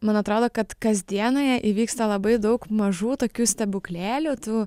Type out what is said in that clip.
man atrodo kad kasdienoje įvyksta labai daug mažų tokių stebuklėlių tų